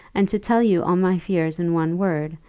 and to tell you all my fears in one word,